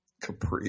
Capri